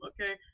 okay